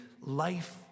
life